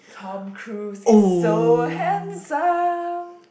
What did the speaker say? Tom Cruise is so handsome